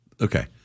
Okay